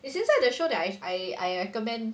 it's inside the show that I I I recommend